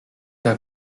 d’un